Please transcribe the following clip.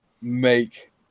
make